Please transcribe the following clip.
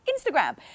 Instagram